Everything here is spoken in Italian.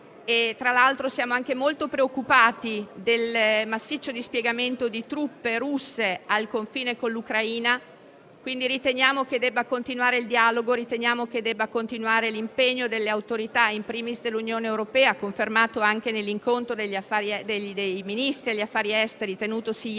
Tra l'altro, siamo anche molto preoccupati del massiccio dispiegamento di truppe russe al confine con l'Ucraina, quindi riteniamo che debba continuare l'impegno delle autorità - *in primis* dell'Unione europea - confermato anche nell'incontro dei Ministri degli affari esteri tenutosi ieri,